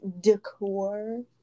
decor